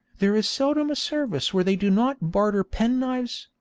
there is seldom a service where they do not barter penknives,